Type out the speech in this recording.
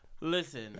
Listen